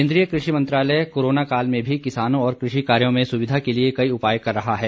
केंद्रीय कृषि मंत्रालय कोरोना काल में भी किसानों और कृषि कार्यो में सुविधा के लिए कई उपाय कर रहा है